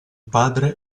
padre